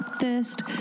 thirst